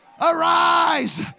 Arise